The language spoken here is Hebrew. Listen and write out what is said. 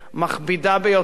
מכבידה ביותר,